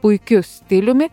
puikiu stiliumi